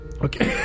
Okay